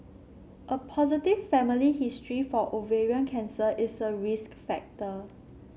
a positive family history for ovarian cancer is a risk factor